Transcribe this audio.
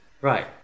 right